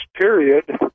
period